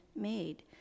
made